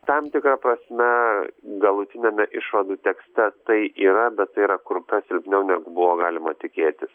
tam tikra prasme galutiniame išvadų tekste tai yra bet tai yra kur kas silpniau negu buvo galima tikėtis